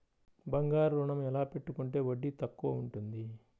బంగారు ఋణం ఎలా పెట్టుకుంటే వడ్డీ తక్కువ ఉంటుంది?